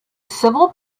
civil